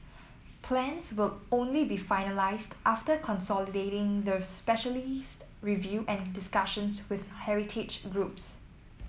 plans will only be finalised after consolidating the specialist review and discussions with heritage groups